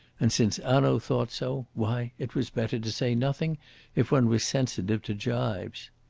and since hanaud thought so, why, it was better to say nothing if one was sensitive to gibes.